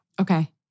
Okay